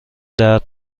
درد